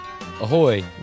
Ahoy